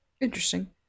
interesting